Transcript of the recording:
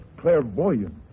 clairvoyant